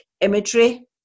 imagery